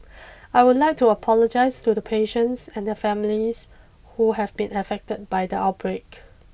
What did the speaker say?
I would like to apologise to the patients and their families who have been affected by the outbreak